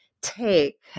take